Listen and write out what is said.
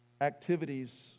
activities